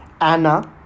Anna